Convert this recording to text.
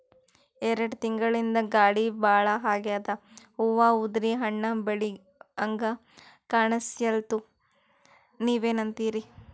ಎರೆಡ್ ತಿಂಗಳಿಂದ ಗಾಳಿ ಭಾಳ ಆಗ್ಯಾದ, ಹೂವ ಉದ್ರಿ ಹಣ್ಣ ಬೆಳಿಹಂಗ ಕಾಣಸ್ವಲ್ತು, ನೀವೆನಂತಿರಿ?